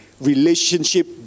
relationship